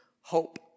hope